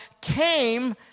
came